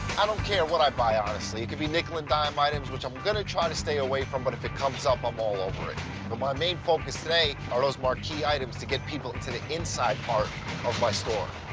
i don't care what i buy, honestly. it could be nickel-and-dime um items, which i'm gonna try to stay away from, but if it comes up, i'm all over it. but my main focus today are those marquee items to get people into the inside part of my store.